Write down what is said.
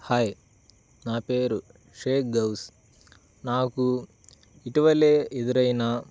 hi నా పేరు షేక్ గౌస్ నాకు ఇటీవలే ఎదురైనా